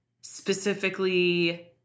specifically